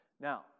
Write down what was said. Now